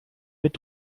mit